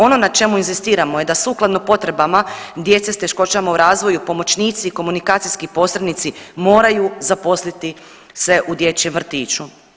Ono na čemu inzistiramo je da sukladno potrebama djece s teškoćama u razvoju, pomoćnici i komunikacijski posrednici moraju zaposliti se u dječjem vrtiću.